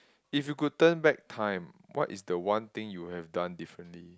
if you could turn back time what is the one thing you would have done differently